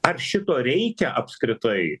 ar šito reikia apskritai